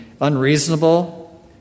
unreasonable